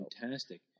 Fantastic